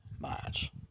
match